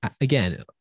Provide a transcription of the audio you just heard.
again